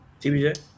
tbj